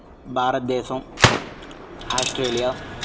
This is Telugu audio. భారతదేశం ఆస్ట్రేలియా